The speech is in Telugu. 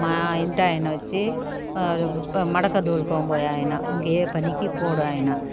మా ఇంటాయనొచ్చి మడక తోలుకొని పోయే ఆయన ఇంకే పనికి పోడాయన